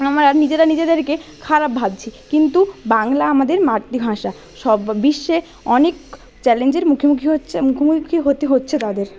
আমরা নিজেরা নিজেদেরকে খারাপ ভাবছি কিন্তু বাংলা আমাদের মাতৃভাষা বিশ্বে অনেক চ্যালেঞ্জের মুখোমুখি হচ্ছে মুখোমুখি হতে হচ্ছে তাদের